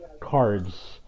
cards